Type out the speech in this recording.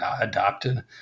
adopted